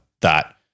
that-